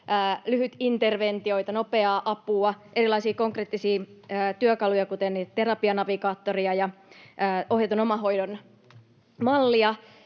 lyhytinterventioita, nopeaa apua, erilaisia konkreettisia työkaluja, kuten Terapianavigaattoria ja ohjatun omahoidon mallia,